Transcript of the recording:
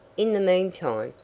in the meantime,